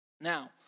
Now